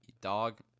Dog